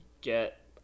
get